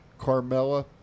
Carmella